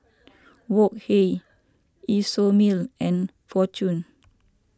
Wok Hey Isomil and fortune